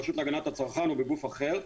ברשות להגנת הצרכן או בגוף אחר,